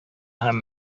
һәм